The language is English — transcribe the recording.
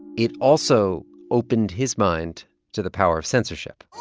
it also opened his mind to the power of censorship